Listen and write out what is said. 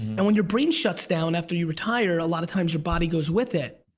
and when your brain shuts down after you retire, a lot of times your body goes with it.